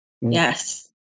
Yes